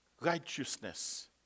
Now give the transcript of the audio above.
righteousness